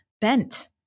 bent